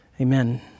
Amen